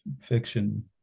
fiction